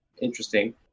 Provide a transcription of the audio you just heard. interesting